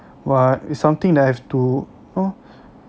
but it's something that I have to you know